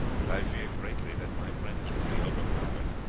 and i feared greatly that my friends would be overpowered.